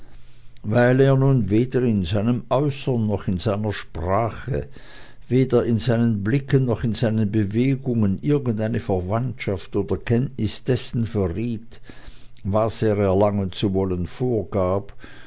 weil er nun weder in seinem äußern noch in seiner sprache weder in seinen blicken noch in seinen bewegungen irgendeine verwandtschaft oder kenntnis dessen verriet was er erlangen zu wollen vorgab